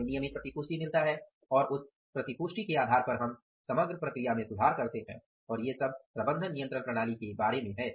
हमें नियमित प्रतिपुष्टि मिलता है और उस प्रतिपुष्टि के आधार पर हम समग्र प्रक्रिया में सुधार करते हैं और ये सब प्रबंधन नियंत्रण प्रणाली के बारे में है